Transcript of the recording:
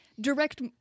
direct